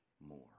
more